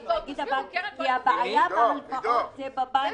העיריות פותחות את הדלתות,